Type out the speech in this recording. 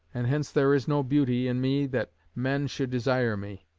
and hence there is no beauty in me that men should desire me